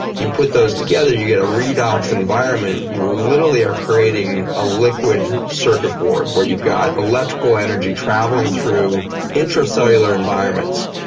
you put those together, you get a redox environment. you ah literally are creating a liquid circuit board where you've got electrical energy traveling through intracellular environments.